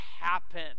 happen